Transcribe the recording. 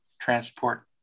transport